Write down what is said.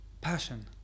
passion